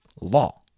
law